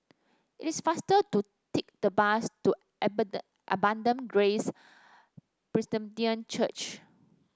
it's faster to take the bus to Abundant Grace Presbyterian Church